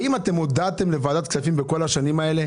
האם אתם הודעתם לוועדת כספים בכל השנים האלה?